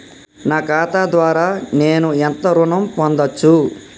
నా ఖాతా ద్వారా నేను ఎంత ఋణం పొందచ్చు?